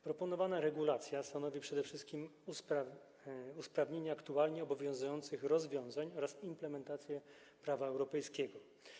Proponowana regulacja stanowi przede wszystkim usprawnienie aktualnie obowiązujących rozwiązań oraz implementację prawa europejskiego.